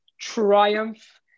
triumph